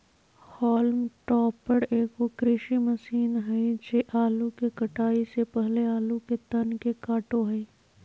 haulm topper एगो कृषि machine हइ जे आलू के कटाई से पहले आलू के तन के काटो हइ